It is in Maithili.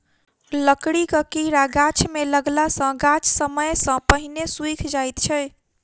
लकड़ीक कीड़ा गाछ मे लगला सॅ गाछ समय सॅ पहिने सुइख जाइत छै